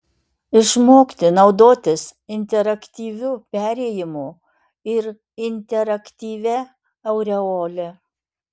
išmokti naudotis interaktyviu perėjimu ir interaktyvia aureole